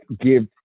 give